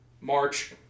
March